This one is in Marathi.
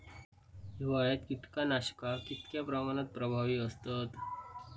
हिवाळ्यात कीटकनाशका कीतक्या प्रमाणात प्रभावी असतत?